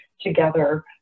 together